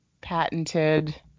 patented